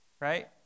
right